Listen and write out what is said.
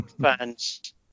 fans